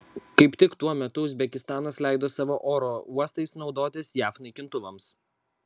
kaip tik tuo metu uzbekistanas leido savo oro uostais naudotis jav naikintuvams